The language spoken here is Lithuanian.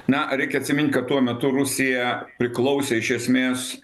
na reikia atsimint kad tuo metu rusija priklausė iš esmės